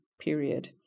period